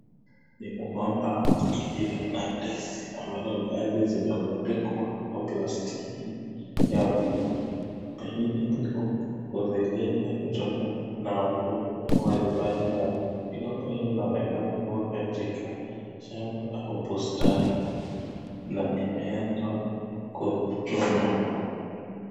Ni mgomba iliyo na ndizi ama ndizi zimefunikwa kwa plastiki ya blue pengine liko kuzuiliwa kutokana na wadudu, au mgomba huu unaonekana kuwa katika ubustani na inaweza kuchunwa.